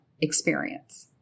experience